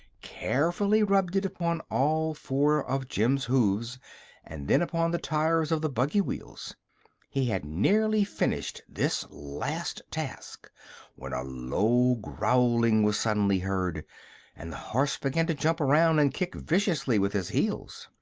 carefully rubbed it upon all four of jim's hoofs and then upon the tires of the buggy-wheels. he had nearly finished this last task when a low growling was suddenly heard and the horse began to jump around and kick viciously with his heels.